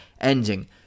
ending